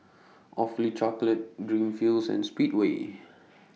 Awfully Chocolate Greenfields and Speedway